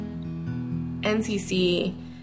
NCC